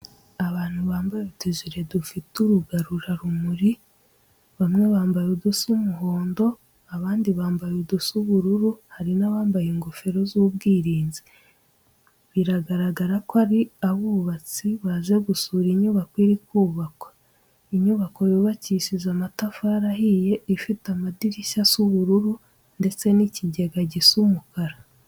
Abantu bambaye utujire dufite urugarura rumuri, bamwe bambaye udusa umuhondo, abandi bambaye udusa ubururu, hari n'abambaye ingofero z'ubwirinzi, biragaragara ko ari abubatsi, baje gusura inyubako iri kubakwa. Inyubako yubakishije amatafari ahiye, ifite amadirishya asa ubururu, ndetse n'ikigega gisa umukara.